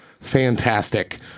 Fantastic